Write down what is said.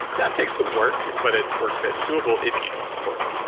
that takes some work, but it's work that's doable if you know it's important.